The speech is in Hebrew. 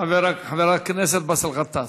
חבר הכנסת באסל גטאס.